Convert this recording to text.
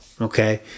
okay